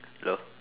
hello